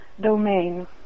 domain